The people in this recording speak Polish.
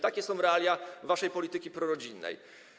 Takie są realia waszej polityki prorodzinnej.